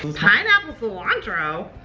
pineapple cilantro?